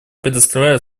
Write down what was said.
предоставляю